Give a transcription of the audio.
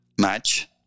match